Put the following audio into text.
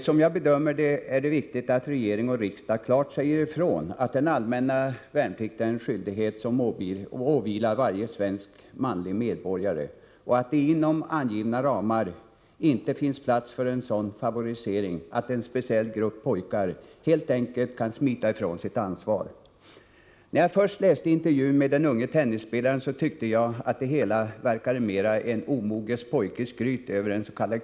Som jag bedömer saken är det viktigt att regering och riksdag klart säger ifrån att den allmänna värnplikten är en skyldighet som åvilar varje svensk manlig medborgare och att det inom angivna ramar inte finns plats för en sådan favorisering att en speciell grupp pojkar helt enkelt kan smita ifrån sitt ansvar. Efter att ha läst intervjun med den unge tennisspelaren tyckte jag först att det hela mera verkade vara en omogen pojkes skryt över ens.k.